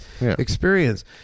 experience